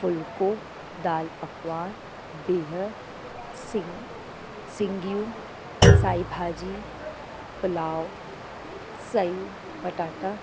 फुल्को दालि पकवान बिहु सिंग सिंगियूं साई भाॼी पुलाव सयूं पटाटा